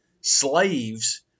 slaves